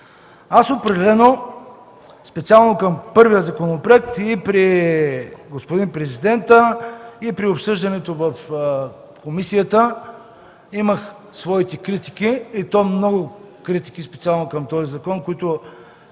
законопроекти. Специално към първия законопроект и при господин президента, и при обсъждането в комисията имах своите критики, и то много критики, специално към този закон, голяма